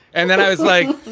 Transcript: and then i was like,